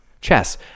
chess